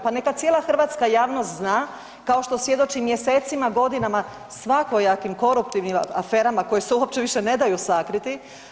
Pa neka cijela hrvatska javnost zna kao što svjedoči mjesecima, godinama svakojakim koruptivnim aferama koje se uopće više ne daju sakriti.